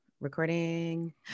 Recording